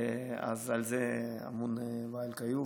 על זה אמון ואיל כיוף,